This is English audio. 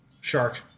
shark